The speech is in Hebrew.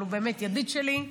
אבל הוא באמת ידיד שלי,